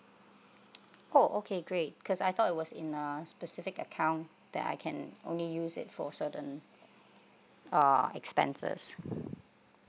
oh okay great cause I thought it was in a specific account that I can only use it for certain uh expenses